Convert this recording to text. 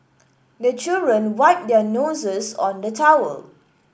the children wipe their noses on the towel